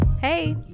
Hey